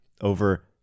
over